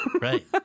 Right